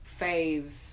faves